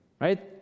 right